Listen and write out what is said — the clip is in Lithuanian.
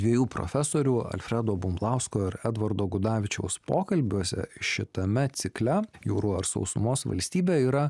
dviejų profesorių alfredo bumblausko ir edvardo gudavičiaus pokalbiuose šitame cikle jūrų ar sausumos valstybė yra